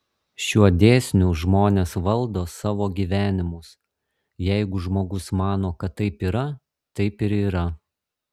šiuo dėsniu žmonės valdo savo gyvenimus jeigu žmogus mano kad taip yra taip ir yra